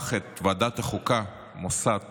הפך את ועדת החוקה, מוסד